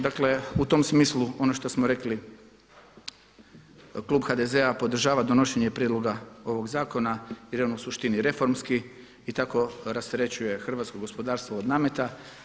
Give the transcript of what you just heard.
Dakle u tom smislu ono što smo rekli, Klub HDZ-a podržava donošenje Prijedloga ovog Zakona jer je on u suštini reformski i tako rasterećuje hrvatsko gospodarstvo od nameta.